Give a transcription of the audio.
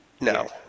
No